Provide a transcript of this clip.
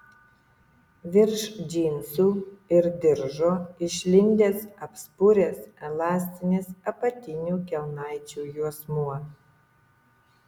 virš džinsų ir diržo išlindęs apspuręs elastinis apatinių kelnaičių juosmuo